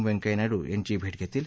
वेंकय्या नायडू यांचीही भेट घेतील